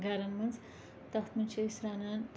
گَن منٛز تَتھ منٛز چھِ أسۍ رَنان